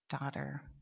daughter